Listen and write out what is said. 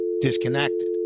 disconnected